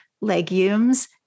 legumes